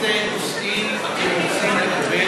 איזה נושאים אתם רוצים,